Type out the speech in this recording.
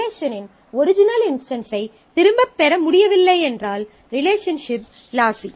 ரிலேஷனின் ஒரிஜினல் இன்ஸ்டன்ஸைத் திரும்பப் பெற முடியவில்லை என்றால் ரிலேஷன்ஷிப் லாஸி